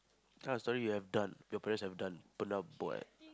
tell a story you have done your parents have done